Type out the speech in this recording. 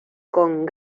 con